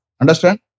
Understand